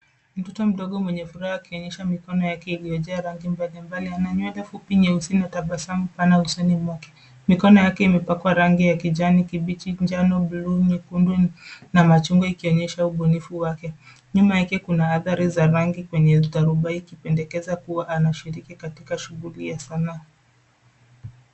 Mtoto mdogo mwenye furaha akionyesha mikono yake iliyojaa rangi mbalimbali. Ana nywele fupi nyeusi na tabasamu pana usoni mwake. Mikono yake imepakwa rangi ya kijani kibichi, njano, buluu, nyekundu na machungwa ikionyesha ubunifu wake. Nyuma yake, kuna athari za rangi kwenye tarubai ikipendekeza kuwa anashiriki katika shughuli ya sanaa.